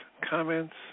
comments